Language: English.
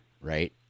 right